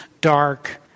dark